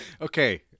Okay